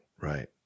Right